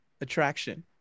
attraction